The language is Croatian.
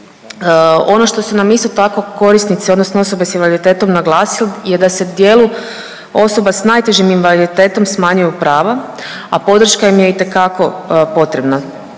Ono što su nam isto tako korisnici odnosno osobe s invaliditetom naglasili je da se dijelu osoba s najtežim invaliditetom smanjuju prava, a podrška im je itekako potrebna.